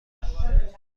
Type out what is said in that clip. آیم